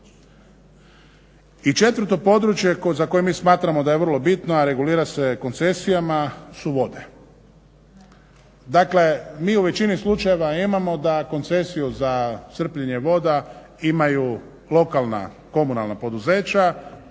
I četvrto područje za koje mi smatramo da je vrlo bitno, a regulira se koncesijama su vode. Dakle, mi u većini slučajeva imamo da koncesiju za crpljenje voda imaju lokalna, komunalna poduzeća